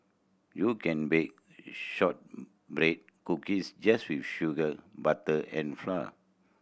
you can bake shortbread cookies just with sugar butter and flour